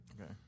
Okay